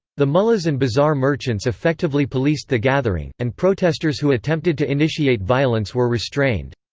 the mullahs and bazaar merchants effectively policed the gathering, and protesters who attempted to initiate violence were restrained.